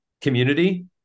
community